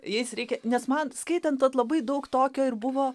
jais reikia nes man skaitant vat labai daug tokio ir buvo